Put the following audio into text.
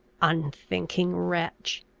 unthinking wretch!